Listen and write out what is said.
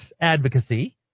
advocacy